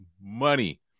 money